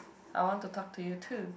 I want to talk to you too